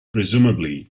presumably